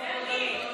נתקבלה.